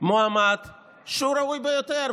מועמד ראוי ביותר,